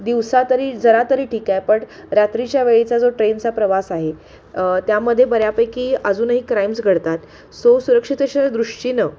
दिवसा तरी जरा तरी ठीक आहे पण रात्रीच्या वेळीचा जो ट्रेनचा प्रवास आहे त्यामध्ये बऱ्यापैकी अजूनही क्राइम्स घडतात सो सुरक्षिततेच्या दृष्टीनं